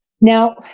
Now